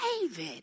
David